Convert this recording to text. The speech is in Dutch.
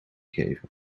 geven